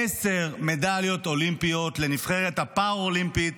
עשר מדליות אולימפיות לנבחרת הפאראלימפית